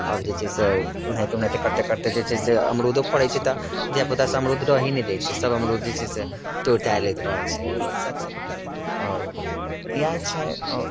आब जे छै से ओ ओनाहिते ओनाहिते करते करते जे छै से अमरूदो फरै छै तऽ धिया पूता सब अमरूद रहे नहि दै छै सब अमरूद जे छै से तोड़ि तााड़ि लैत रहल रहै छै ओही सबसँ आओर यएह छै आओर